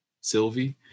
Sylvie